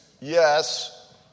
yes